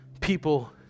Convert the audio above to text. people